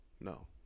No